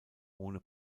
ohne